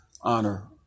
honor